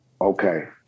okay